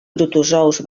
protozous